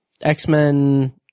X-Men